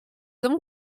avons